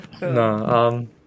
no